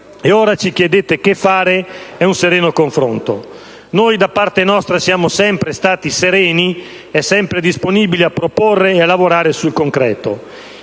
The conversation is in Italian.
E ora ci chiedete «che fare?» e un sereno confronto. Noi, da parte nostra, siamo sempre stati sereni e sempre disponibili a proporre e a lavorare sul concreto.